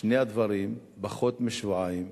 שני הדברים, פחות משבועיים,